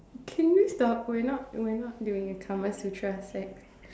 can you stop we're not we're not doing a Kama-Sutra sex